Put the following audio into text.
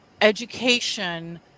education